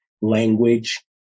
language